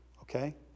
okay